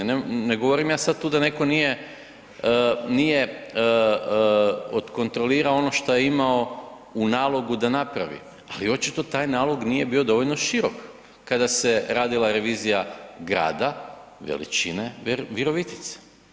Ne govorim ja sad tu da netko nije, nije odkontrolirao ono što je imao u nalogu da napravi, ali očito taj nalog nije bio dovoljno širok kada se radila revizija grada veličine Virovitice.